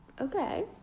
Okay